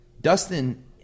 Dustin